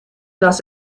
dass